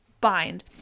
bind